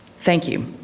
thank you.